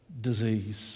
disease